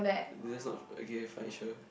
is didn't know fine sure